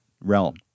realm